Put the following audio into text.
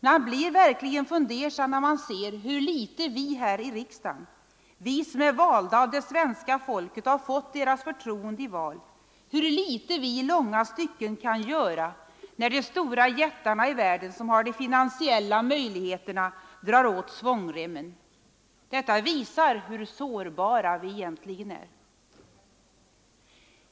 Man blir verkligen fundersam, när man ser hur litet vi här i riksdagen — vi som är valda av det svenska folket och har fått dess förtroende — i långa 99 stycken kan göra när de stora jättarna i världen som har de finansiella möjligheterna drar åt svångremmen. Detta visar hur sårbara vi egentligen är.